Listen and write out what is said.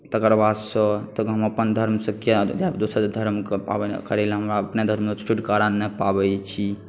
तकर बादसँ तखन हम अपन धर्मसँ किया जायब दोसर धर्मक पाबनि करै लेल हमरा अपने धर्ममे छुटकारा नहि पाबै छी